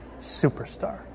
superstar